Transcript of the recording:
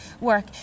work